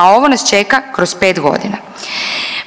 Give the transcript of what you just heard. A ovo nas čeka kroz 5 godina.